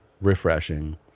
refreshing